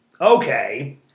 Okay